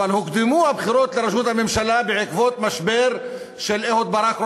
אבל הוקדמו הבחירות לראשות הממשלה בעקבות משבר של אהוד ברק,